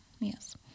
Yes